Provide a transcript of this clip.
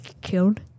killed